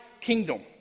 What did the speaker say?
kingdom